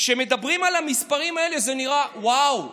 כשמדברים על המספרים האלה, זה נראה וואו,